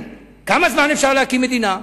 כמה זמן אפשר להקים מדינה?